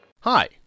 Hi